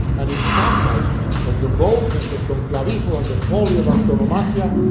and in chastisement of the boldness of don clavijo, and the folly of antonomasia,